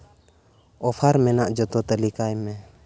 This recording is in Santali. ᱚᱯᱷᱟᱨ ᱢᱮᱱᱟᱜ ᱡᱚᱛᱚ ᱛᱟᱹᱞᱤᱠᱟᱭ ᱢᱮ